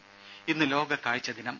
ദേഴ ഇന്ന് ലോക കാഴ്ച ദിനം